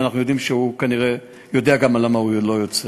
ואנחנו יודעים שהוא כנראה יודע גם למה הוא לא יוצא.